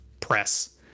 press